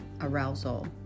arousal